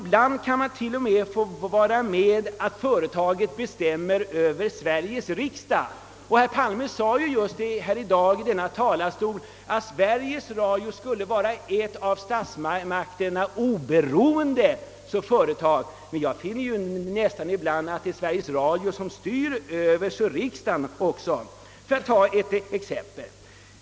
Man kan till och med ibland få uppleva att företaget bestämmer över Sveriges riksdag. Herr Palme framhöll här i dag, att Sveriges Radio skulle vara ett av statsmakterna oberoende företag. Men jag finner att det ibland är Sveriges Radio, som nära nog styr över riksdagen. Låt mig ta ett exempel.